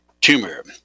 tumor